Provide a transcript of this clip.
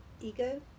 ego